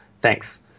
Thanks